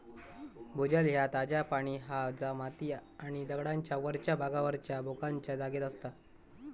भूजल ह्या ताजा पाणी हा जा माती आणि दगडांच्या वरच्या भागावरच्या भोकांच्या जागेत असता